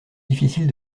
difficile